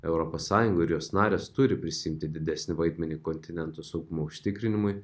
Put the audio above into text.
europos sąjunga ir jos narės turi prisiimti didesnį vaidmenį kontinento saugumo užtikrinimui